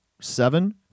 seven